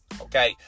okay